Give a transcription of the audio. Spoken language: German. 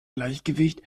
gleichgewicht